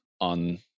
on